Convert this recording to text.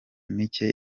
mike